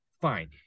fine